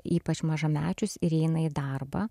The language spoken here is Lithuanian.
ypač mažamečius ir eina į darbą